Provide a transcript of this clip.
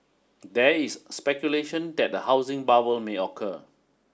there is speculation that a housing bubble may occur